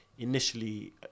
Initially